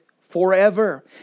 forever